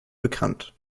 bekannt